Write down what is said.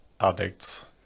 addicts